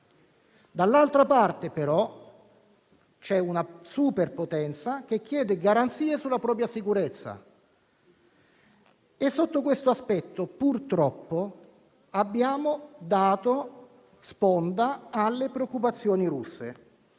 Dall'altra parte, però, c'è una superpotenza che chiede garanzie sulla propria sicurezza. Sotto questo aspetto, purtroppo, abbiamo dato sponda alle preoccupazioni russe.